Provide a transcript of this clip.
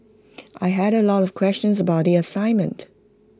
I had A lot of questions about the assignment